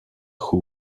who